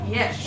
Yes